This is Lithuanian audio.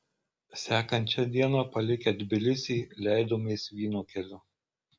sekančią dieną palikę tbilisį leidomės vyno keliu